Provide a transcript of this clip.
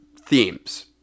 themes